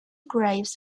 graves